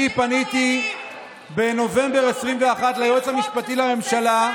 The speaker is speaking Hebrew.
אני פניתי בנובמבר 2021 ליועץ המשפטי לממשלה,